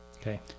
Okay